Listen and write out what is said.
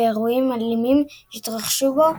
ואירועים אלימים שהתרחשו בו,